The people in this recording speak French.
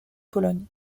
pologne